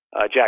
jack